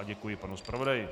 Děkuji panu zpravodaji.